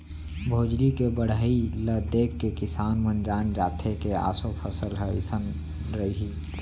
भोजली के बड़हई ल देखके किसान मन जान जाथे के ऑसो फसल ह अइसन रइहि